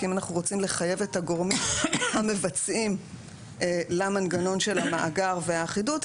כי אם אנחנו רוצים לחייב את הגורמים המבצעים למנגנון של המאגר והאחידות,